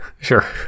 Sure